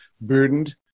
burdened